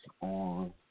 on